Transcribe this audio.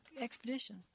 expedition